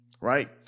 right